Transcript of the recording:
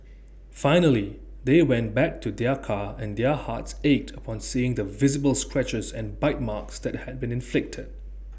finally they went back to their car and their hearts ached upon seeing the visible scratches and bite marks that had been inflicted